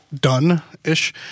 done-ish